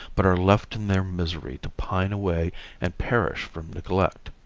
but are left in their misery to pine away and perish from neglect.